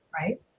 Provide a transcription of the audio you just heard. Right